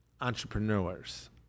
entrepreneurs